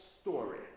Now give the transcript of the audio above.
story